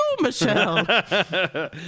Michelle